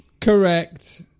correct